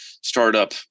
startup